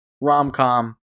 rom-com